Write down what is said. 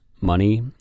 money